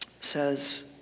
Says